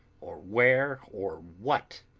or where, or what,